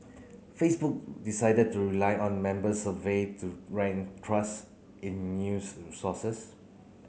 Facebook decided to rely on member survey to rank trust in news sources